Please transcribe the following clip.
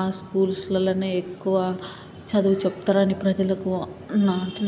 ఆ స్కూల్స్లలోనే ఎక్కువ చదువు చెప్తారని ప్రజలకు